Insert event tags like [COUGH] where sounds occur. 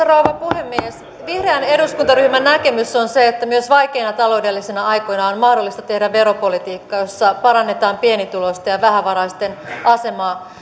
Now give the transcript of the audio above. [UNINTELLIGIBLE] rouva puhemies vihreän eduskuntaryhmän näkemys on se että myös vaikeina taloudellisina aikoina on mahdollista tehdä veropolitiikkaa jossa parannetaan pienituloisten ja vähävaraisten asemaa [UNINTELLIGIBLE]